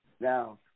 Now